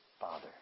Father